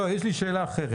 יש לי שאלה אחרת.